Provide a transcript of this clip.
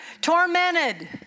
Tormented